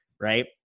right